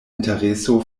intereso